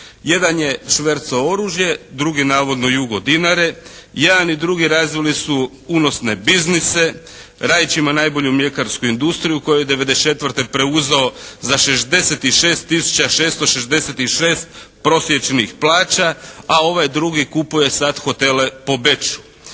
Jedan je švercao oružje, drugi navodno jugodinare. Jedan i drugi razvili su unosne biznise. Rajić ima najbolju mljekarsku industriju koju je '94. preuzeo za 66 tisuća 666 prosječnih plaća, a ovaj drugi kupuje sad hotele po Beču.